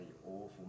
awful